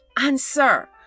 answer